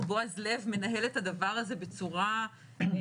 שד"ר בעז לב מנהל את הדבר הזה בצורה ממלכתית,